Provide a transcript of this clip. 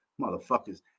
Motherfuckers